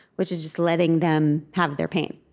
which is just letting them have their pain